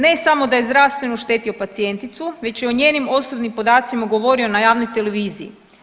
Ne samo da je zdravstveno oštetio pacijenticu već je o njenim osobnim podacima govorio na javnoj televiziji.